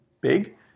big